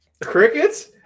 Crickets